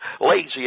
lazy